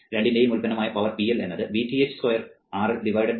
രണ്ടിന്റെയും ഉൽപന്നമായ power PL എന്നത് Vth square RL RL Rth square ആയിരിക്കും